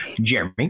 Jeremy